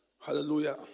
Hallelujah